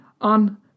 on